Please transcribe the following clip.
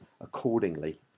accordingly